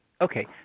okay